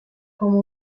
como